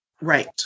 right